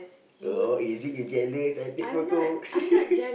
oh is it you jealous I take photo